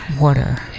water